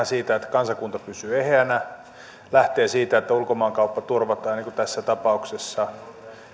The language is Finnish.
siitä että kansakunta pysyy eheänä se lähtee siitä että ulkomaankauppa turvataan niin kuin tässä tapauksessa